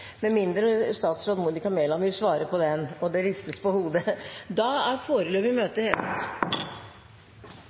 med mindre statsråd Monica Mæland vil svare på den – og det ristes på hodet. Da avbryter vi møtet.